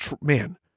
man